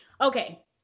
Okay